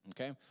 okay